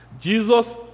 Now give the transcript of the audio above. Jesus